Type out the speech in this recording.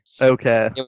Okay